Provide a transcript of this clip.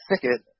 thicket